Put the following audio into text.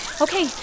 Okay